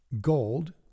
gold